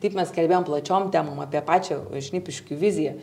taip mes kalbėjom plačiom temom apie pačią šnipiškių viziją